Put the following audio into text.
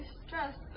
stress